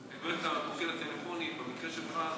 בעניין המוקד הטלפוני במקרה שלך,